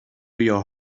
your